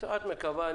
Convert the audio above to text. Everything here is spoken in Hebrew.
את מקווה.